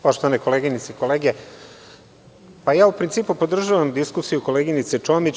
Poštovane koleginice i kolege, ja u principu podržavam diskusiju koleginice Čomić.